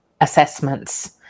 assessments